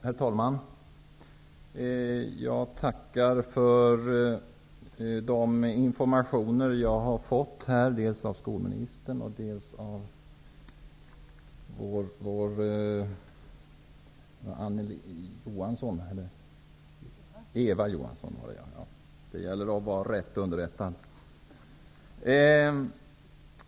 Herr talman! Jag tackar för de informationer som jag har fått här, dels av skolministern, dels av Anneli Johansson -- Eva Johansson var det, ja.